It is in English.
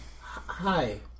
hi